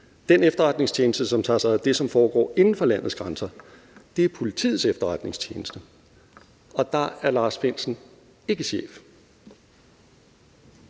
Den efterretningstjeneste, som tager sig af det, som foregår inden for landets grænser, er Politiets Efterretningstjeneste, og der er Lars Findsen ikke chef.